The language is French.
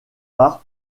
part